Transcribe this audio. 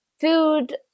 food